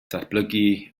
datblygu